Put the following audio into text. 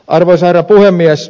arvoisa herra puhemies